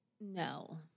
No